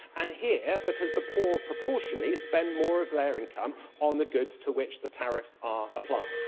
and here because the poor, proportionately, spend more of their income on the goods to which the tariffs are applied.